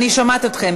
אני שומעת אתכם,